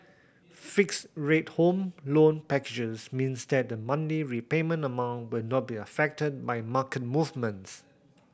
fixed rate Home Loan packages means that the monthly repayment amount will not be affected by market movements